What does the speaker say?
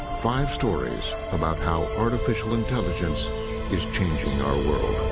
five stories about how artificial intelligence is changing our world.